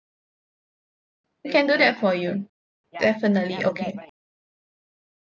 we can do that for you definitely okay